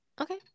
Okay